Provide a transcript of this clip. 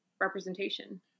representation